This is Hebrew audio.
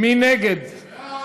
מי נגד?